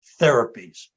therapies